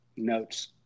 Notes